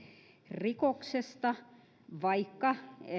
rikoksesta vaikka